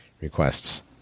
requests